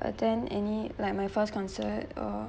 attend any like my first concert or